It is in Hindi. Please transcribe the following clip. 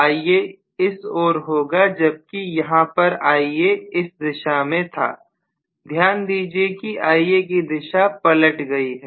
Ia इस ओर होगा जबकि यहां पर Ia इस दिशा में था ध्यान दीजिए कि Ia की दिशा पलट गई है